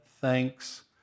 thanks